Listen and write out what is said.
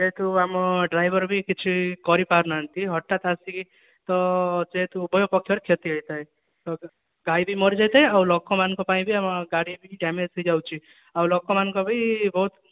ଯେହେତୁ ଆମ ଡ୍ରାଇଭର କିଛି କରି ପାରୁନାହାନ୍ତି ହଠାତ୍ ଆସିକି ତ ଯେହେତୁ ଉଭୟ ପକ୍ଷ ରୁ କ୍ଷତି ହୋଇଥାଏ ଗାଈ ବି ମରିଯାଇଥାଏ ଆଉ ଲୋକ ମାନଙ୍କ ପାଇଁ ବି ଗାଡ଼ି ଡ୍ୟାମେଜ ହୋଇଯାଉଛି ଆଉ ଲୋକ ମାନଙ୍କର ବି ବହୁତ